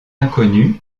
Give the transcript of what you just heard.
inconnu